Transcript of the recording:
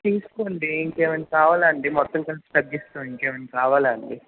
తీసుకోండి ఇంకా ఏమైనా కావాలా అండి మొత్తం కలిపి తగ్గిస్తాం ఇంకా ఏమైనా కావాలా అండి